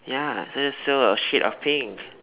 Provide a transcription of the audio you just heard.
ya so that's still a shade of pink